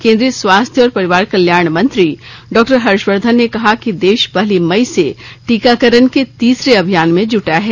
केन्द्रीय स्वास्थ्य और परिवार कल्याण मंत्री डॉ हर्षवर्धन ने कहा कि देश पहली मई से टीकाकरण के तीसरे अभियान में जुटा है